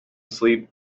sleep